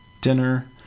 dinner